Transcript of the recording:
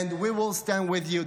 and we will stand with you.